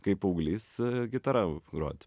kai paauglys gitara grot